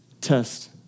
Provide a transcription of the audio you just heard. test